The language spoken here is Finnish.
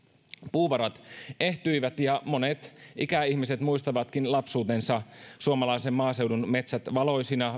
puuvarat ehtyivät ja monet ikäihmiset muistavatkin lapsuutensa suomalaisen maaseudun metsät valoisina